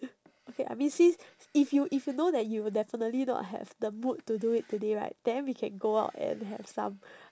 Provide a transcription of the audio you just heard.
okay I mean since if you if you know that you will definitely not have the mood to do it today right then we can go out and have some